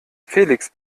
felix